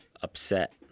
upset